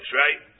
right